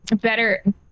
better